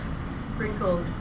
sprinkled